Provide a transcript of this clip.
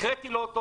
אמרתי לו,